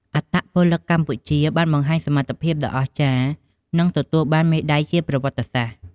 អត្តពលិកកម្ពុជាបានបង្ហាញសមត្ថភាពដ៏អស្ចារ្យ និងទទួលបានមេដាយជាប្រវត្តិសាស្រ្ត។